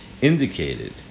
indicated